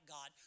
God